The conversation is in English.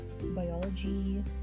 biology